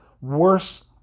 worse